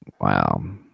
Wow